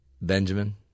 Benjamin